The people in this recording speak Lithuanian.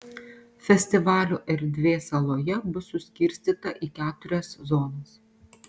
festivalio erdvė saloje bus suskirstyta į keturias zonas